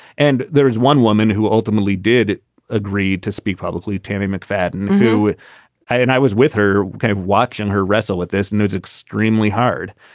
and there is one woman who ultimately did agree to speak publicly, tammie mcfadden, who i and i was with her, kind of watching her wrestle with this news extremely hard.